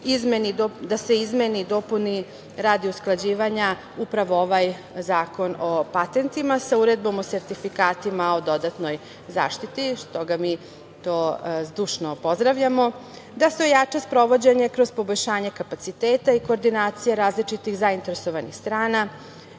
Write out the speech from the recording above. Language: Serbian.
da se izmeni i dopuni radi usklađivanja ovaj Zakon o patentima sa Uredbom o sertifikatima o dodatnoj zaštiti, što mi zdušno pozdravljamo, da se ojača sprovođenje kroz poboljšanje kapaciteta i koordinacija različitih zainteresovanih strana.